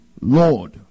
Lord